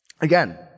Again